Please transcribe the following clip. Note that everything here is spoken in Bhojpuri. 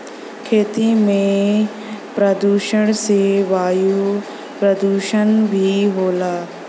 खेती के प्रदुषण से वायु परदुसन भी होला